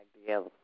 together